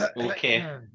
Okay